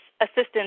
assistance